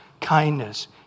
kindness